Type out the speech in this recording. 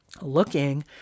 looking